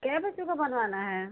कई बच्चों का बनवाना है